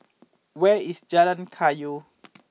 where is Jalan Kayu